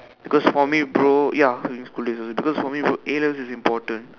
because for me bro ya during school days also because for me bro a-levels is important